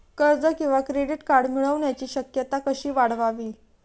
कर्ज किंवा credit card मिळण्याची शक्यता कशी वाढवावी?